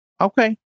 Okay